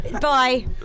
Bye